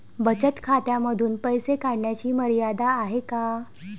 बचत खात्यांमधून पैसे काढण्याची मर्यादा आहे का?